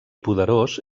poderós